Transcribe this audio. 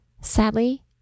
sadly